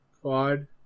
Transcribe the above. Quad